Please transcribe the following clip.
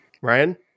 Ryan